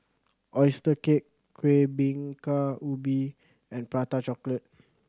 oyster cake Kueh Bingka Ubi and Prata Chocolate